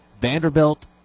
Vanderbilt